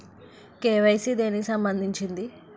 KYC దేనికి సంబందించింది?